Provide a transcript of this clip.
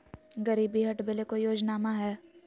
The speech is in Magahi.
गरीबी हटबे ले कोई योजनामा हय?